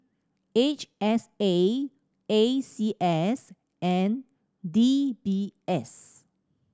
H S A A C S and D B S